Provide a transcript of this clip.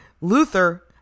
luther